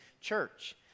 church